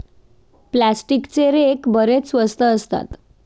प्लास्टिकचे रेक बरेच स्वस्त असतात